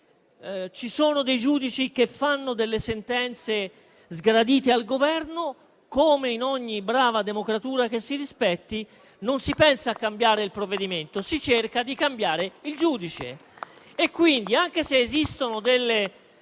Ci sono dei giudici che fanno delle sentenze sgradite al Governo? Come in ogni brava democratura che si rispetti, non si pensa a cambiare il provvedimento, ma si cerca di cambiare il giudice.